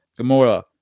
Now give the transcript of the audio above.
Gamora